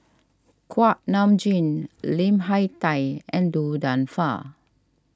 Kuak Nam Jin Lim Hak Tai and Du Nanfa